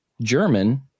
German